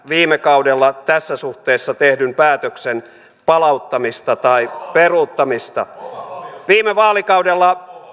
viime kaudella tässä suhteessa tehdyn päätöksen palauttamista tai peruuttamista viime vaalikaudella